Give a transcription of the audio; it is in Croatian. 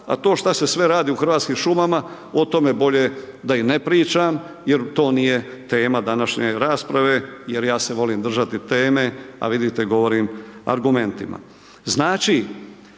a to šta se sve radi u Hrvatskim šumama, o tome bolje da i ne pričam jer to nije tema današnje rasprave jer ja se volim držati teme, a vidite govorim argumentima.